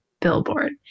billboard